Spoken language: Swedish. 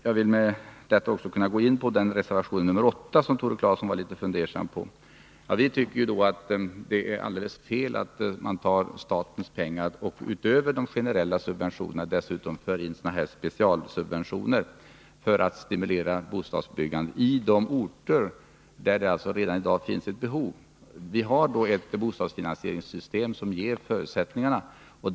Jag vill härmed ta upp reservation nr 8 som Tore Claeson var litet fundersam över. Vi tycker att det är alldeles fel att man tar statens pengar och — utöver de generella subventionerna — inför speciella subventioner för att stimulera bostadsbyggande på de orter där det redan i dag finns ett behov. Vi har redan i dag ett bostadsfinansieringssystem som ger förutsättningarna härvidlag.